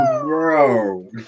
bro